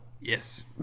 Yes